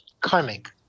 karmic